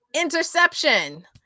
interception